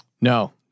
No